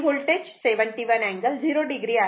आणि voltage 71 angle 0 o आहे